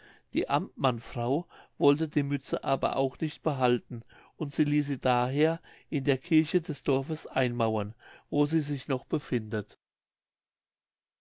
die amtmannsfrau wollte die mütze aber auch nicht behalten und sie ließ sie daher in der kirche des dorfes einmauern wo sie sich noch befindet